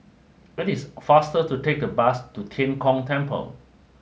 it is faster to take the bus to Tian Kong Temple